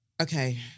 okay